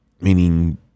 meaning